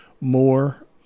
more